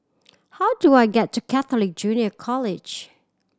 how do I get to Catholic Junior College